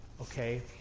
Okay